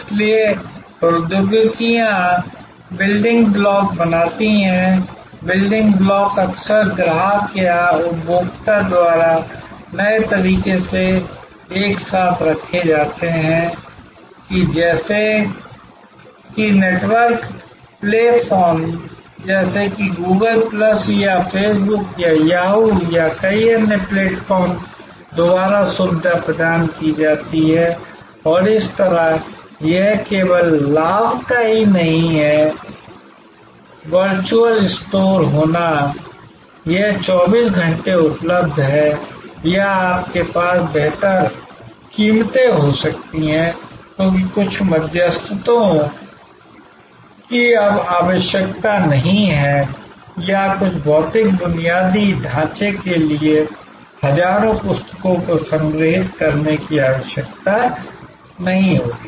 इसलिए प्रौद्योगिकियां building block बनाती हैं बिल्डिंग ब्लॉक अक्सर ग्राहक या उपभोक्ता द्वारा नए तरीके से एक साथ रखे जाते हैं जैसे कि नेटवर्क प्लेटफॉर्म जैसे कि Google प्लस या फेस बुक या याहू या कई अन्य प्लेटफॉर्म द्वारा सुविधा प्रदान की जाती है और इस तरह यह केवल लाभ का ही नहीं है वर्चुअल स्टोर होना यह 24 घंटे उपलब्ध है या आपके पास बेहतर कीमतें हो सकती हैं क्योंकि कुछ मध्यस्थों की अब आवश्यकता नहीं है या कुछ भौतिक बुनियादी ढांचे के लिए हजारों पुस्तकों को संग्रहीत करने की आवश्यकता नहीं होगी